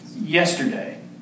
Yesterday